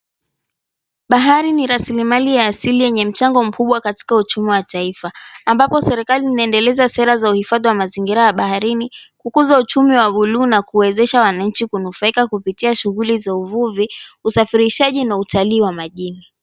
Bahari nili rasilimali ya asili yenye mchango mkubwa katika uchumi wa taifa, ambapo serikali inaendeleza sera za uhifadhi wa mazingira ya baharini kukuza uchumi wa buluu na kuwezesha wananchi kunufaika kupitia shughuli za uvuvi usafirishaji na utalii wa majini.